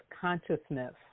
consciousness